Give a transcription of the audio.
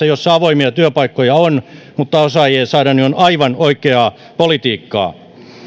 jossa avoimia työpaikkoja on mutta osaajia ei saada aivan oikeaa politiikkaa